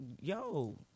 yo